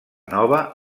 nova